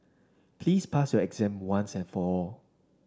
please pass your exam once and for all